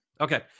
Okay